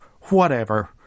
Whatever